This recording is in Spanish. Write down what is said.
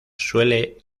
suele